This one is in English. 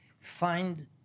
find